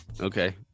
Okay